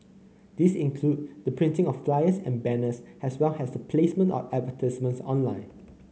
these include the printing of flyers and banners as well as the placement of advertisements online